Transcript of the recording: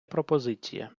пропозиція